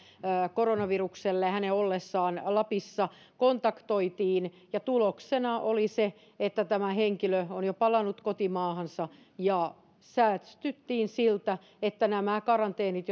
koronavirukselle hänen ollessaan lapissa kontaktoitiin ja tuloksena oli se että tämä henkilö on jo palannut kotimaahansa ja säästyttiin tartunnoilta sillä että asetettiin karanteenit